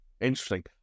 interesting